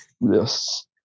Yes